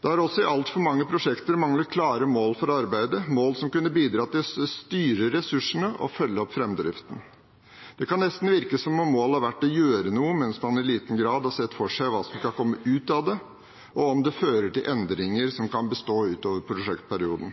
Det har også i altfor mange prosjekter manglet klare mål for arbeidet – mål som kunne bidratt til å styre ressursene og følge opp fremdriften. Det kan nesten virke som om målet har vært å gjøre noe, mens man i liten grad har sett for seg hva som skal komme ut av det, og om det fører til endringer som kan bestå utover prosjektperioden.